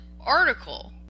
article